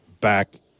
back